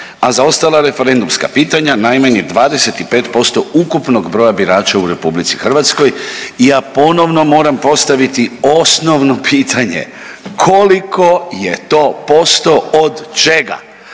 a za ostala referendumska pitanja najmanje 25% ukupnog broja birača u RH. I ja ponovno moram postaviti osnovno pitanje. Koliko je to posto od čega,